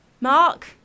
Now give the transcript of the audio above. Mark